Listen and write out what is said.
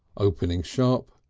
opening shop,